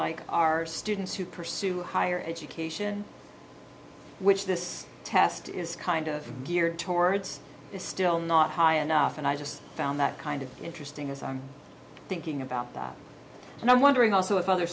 like our students who pursue higher education which this test is kind of geared towards is still not high enough and i just found that kind of interesting as i'm thinking about that and i'm wondering also if other